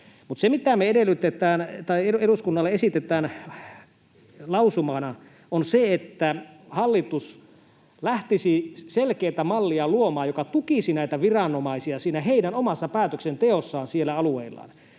se, mitä me eduskunnalle esitetään lausumana, on se, että hallitus lähtisi luomaan selkeätä mallia, joka tukisi näitä viranomaisia siinä heidän omassa päätöksenteossaan alueillaan.